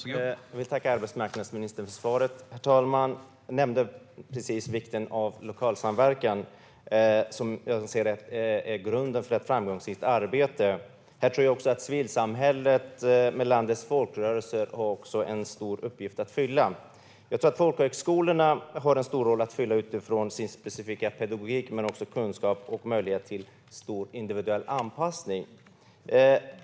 Herr talman! Jag vill tacka arbetsmarknadsministern för svaret. Jag nämnde precis vikten av lokalsamverkan. Som jag ser det är det grunden för ett framgångsrikt arbete. Här tror jag också att civilsamhället, med landets folkrörelser, har en stor uppgift. Jag tror att folkhögskolorna har en stor roll att spela utifrån sin specifika pedagogik. Men det handlar också om kunskap och möjlighet till en stor individuell anpassning.